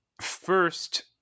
first